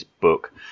book